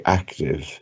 active